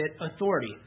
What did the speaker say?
authority